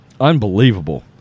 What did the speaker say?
Unbelievable